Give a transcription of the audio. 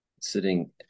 sitting